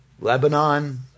Lebanon